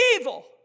evil